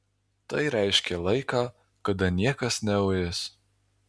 tai reiškė laiką kada niekas neuis